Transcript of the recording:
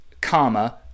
karma